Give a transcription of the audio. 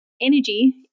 energy